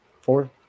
four